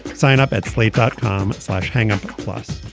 sign up at slate dot com. sasha, hang up. plus,